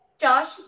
Josh